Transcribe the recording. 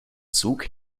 zug